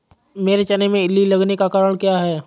मेरे चने में इल्ली लगने का कारण क्या है?